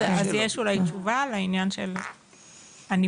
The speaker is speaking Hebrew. יש תשובה לעניין של הנימוקים?